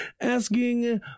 asking